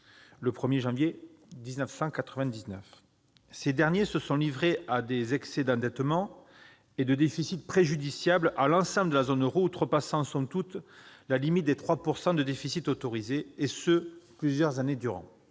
le 1 janvier 1999. Ils se sont livrés à des excès d'endettement et de déficits préjudiciables à l'ensemble de la zone euro, outrepassant, somme toute, la limite des 3 % de déficit autorisé et ce, plusieurs années durant.